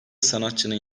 sanatçının